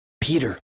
Peter